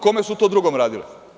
Kome su to drugom radili?